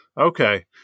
Okay